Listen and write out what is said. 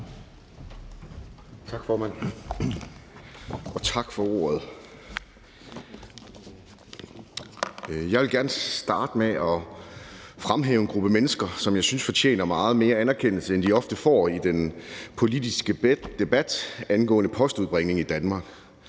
Tak, formand, og tak for ordet. Jeg vil gerne starte med at fremhæve en gruppe mennesker, som jeg synes fortjener meget mere anerkendelse, end de får i den politiske debat angående postudbringning i Danmark,